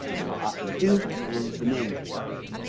option two is the manual signature,